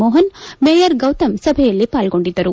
Mohan mayor Gautam ಸಭೆಯಲ್ಲಿ ಪಾಲ್ಗೊಂಡಿದ್ದರು